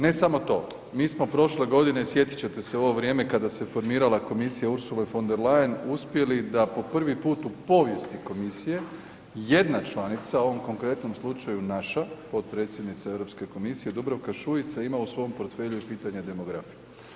Ne samo to, mi smo prošle godine, sjetit ćete se u ovo vrijeme kada se formirala Komisija Ursule von der Leyen uspjeli da po prvi put u povijesti komisije jedna članica, u ovom konkretnom slučaju naša, potpredsjednica Europske komisije Dubravka Šuica ima u svom portfelju i pitanja demografije.